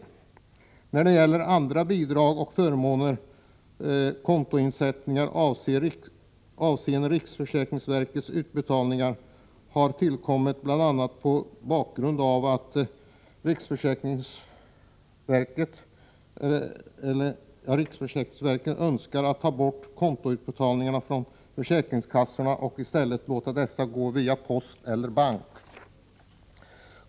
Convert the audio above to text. Kontoinsättningar av bidrag och andra förmåner avseende riksförsäkringsverkets utbetalningar har tillkommit bl.a. mot bakgrund av riksförsäkringsverkets önskan att ta bort kontantutbetalningar från försäkringskassorna och i stället låta utbetalningarna gå via post eller bank.